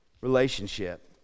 relationship